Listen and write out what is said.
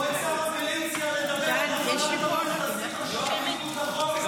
לא את שר המיליציה לדבר על הפעלת המכת"זית עכשיו בניגוד לחוק?